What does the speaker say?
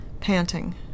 panting